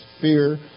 fear